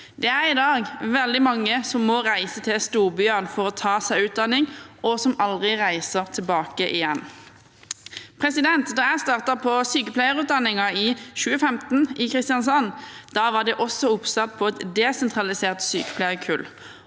Det er i dag veldig mange som må reise til storbyene for å ta utdanning, og som aldri reiser tilbake igjen. Da jeg startet på sykepleierutdanningen i Kristiansand i 2015, var det også oppstart for et desentralisert sykepleierkull.